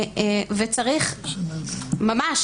וצריך ממש,